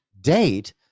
date